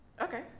Okay